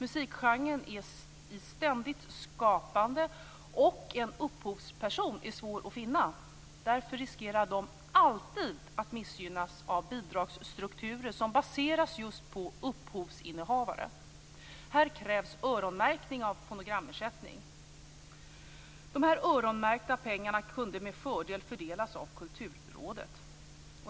Musikgenren är i ständigt skapande, och en upphovsperson är svår att finna. Därför riskerar de alltid att missgynnas av bidragsstrukturer som baseras på just upphovsinnehavare. Här krävs öronmärkning av fonogramersättning. Dessa öronmärkta pengar kunde med fördel distribueras av Kulturrådet.